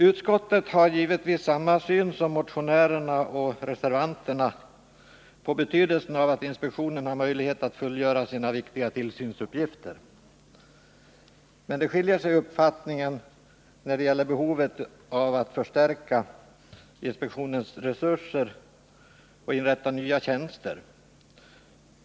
Utskottet har givetvis samma syn som motionärerna och reservanterna på betydelsen av att inspektionen har möjlighet att fullgöra sina viktiga tillsynsuppgifter, men uppfattningarna skiljer sig när det gäller behovet av att förstärka inspektionens resurser och inrätta nya tjänster.